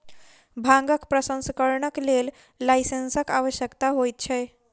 भांगक प्रसंस्करणक लेल लाइसेंसक आवश्यकता होइत छै